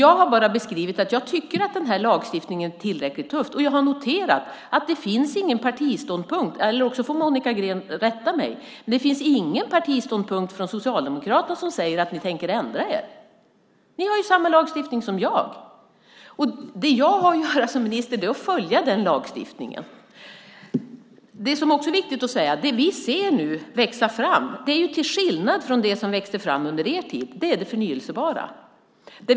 Jag har bara beskrivit att jag tycker att den här lagstiftningen är tillräckligt tuff, och jag har noterat att det inte finns någon partiståndpunkt - eller också får Monica Green rätta mig - från Socialdemokraterna som säger att ni tänker ändra er. Ni har ju samma lagstiftning som jag! Det jag har att göra som minister är att följa den lagstiftningen. Det är också viktigt att säga att det vi nu ser växa fram är, till skillnad från det som växte fram under er tid, det förnybara.